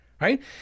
right